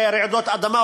רעידות אדמה,